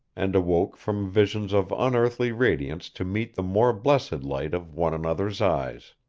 and awoke from visions of unearthly radiance to meet the more blessed light of one another's eyes.